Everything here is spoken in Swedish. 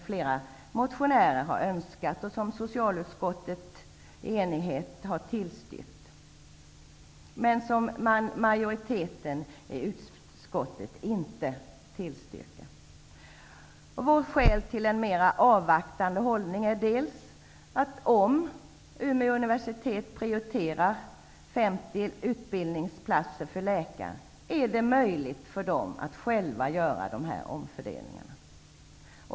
Flera motionärer har framfört att de önskar en utökning. Ett enigt socialutskott har tillstyrkt. Men en majoritet av oss i utbildningsutskottet tillstyrker inte. Skälet till vår mera avvaktande hållning är för det första att det, om Umeå universitet prioriterar 50 utbildningsplatser för läkare, blir möjligt att man själv gör omfördelningen.